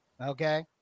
Okay